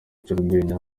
cy’urwenya